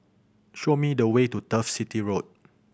show me the way to Turf City Road